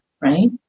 right